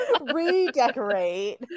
redecorate